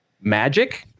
magic